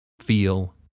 feel